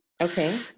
Okay